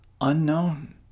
unknown